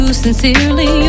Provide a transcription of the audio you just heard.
sincerely